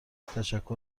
تشکر